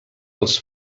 als